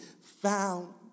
found